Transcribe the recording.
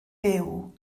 byw